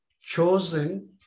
chosen